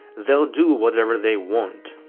they'll do whatever they want.